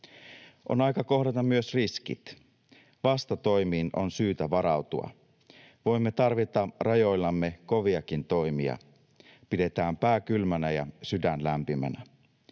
On aika kohdata myös riskit. Vastatoimiin on syytä varautua. Voimme tarvita rajoillamme koviakin toimia. Pidetään pää kylmänä ja sydän lämpimänä.